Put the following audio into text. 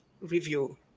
review